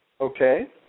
okay